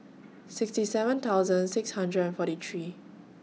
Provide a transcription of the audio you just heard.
sixty seven thousand six hundred forty Free